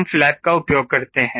हम फ्लैप का उपयोग करते हैं